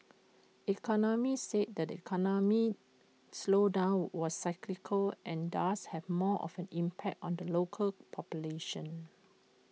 economists said the economic slowdown was cyclical and thus had more of an impact on the local population